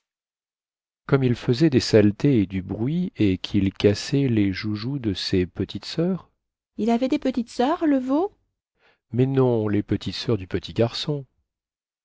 comme il faisait des saletés et du bruit et quil cassait les joujoux de ses petites soeurs il avait des petites soeurs le veau mais non les petites soeurs du petit garçon